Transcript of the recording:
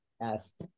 Yes